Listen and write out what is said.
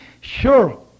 Sure